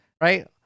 right